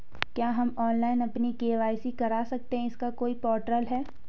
क्या हम ऑनलाइन अपनी के.वाई.सी करा सकते हैं इसका कोई पोर्टल है?